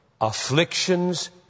afflictions